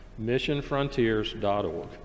missionfrontiers.org